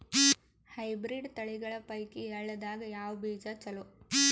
Hybrid ತಳಿಗಳ ಪೈಕಿ ಎಳ್ಳ ದಾಗ ಯಾವ ಬೀಜ ಚಲೋ?